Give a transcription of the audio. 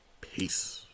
peace